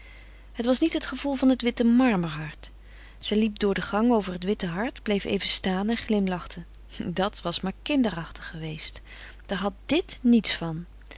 het was niet het gevoel van het witte marmerhart zij liep door den gang over het witte hart bleef even staan en glimlachte dat was maar kinderachtig geweest daar had dit niets van